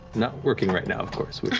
not working right now, of course, which